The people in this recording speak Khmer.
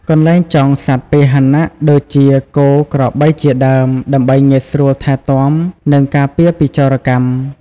កន្លែងចងសត្វពាហនៈ ដូចជា គោ ក្របី ជាដើម ដើម្បីងាយស្រួលថែទាំ និងការពារពីចោរកម្ម ។